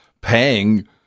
paying